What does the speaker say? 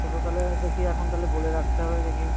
টোটো তাহলে দেখি এখন তাহলে বলে রাখতে হবে দেখি